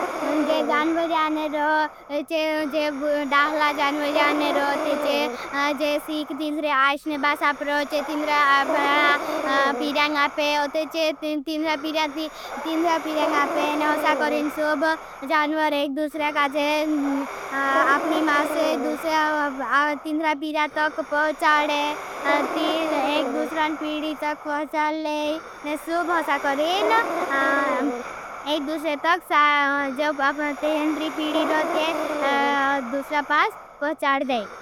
ज़ान्वर जाने रो, जे दाहला जान्वर जाने रो। ते चे जे सीक तिंद्रे आईश ने बास आपरो। चे तिंद्रा पीड़ियां आपे, ते चे तिंद्रा पीड़ियां आपे, आपनी माई सह। तत तिंद्रा पीड़ियां तोक पहुचाड़ जाने। ते एक ने न पीड़ी की ज़ाने बास तर हो। और एक ने थशिय करे। अपनी माईस या पीड़ियां थक तोक पहुचाड़ हो। ते एक सब सवरे पीड़ियोंगे पहुचाल ज़ानस्वरित्सी ख।